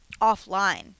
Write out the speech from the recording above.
offline